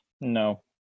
No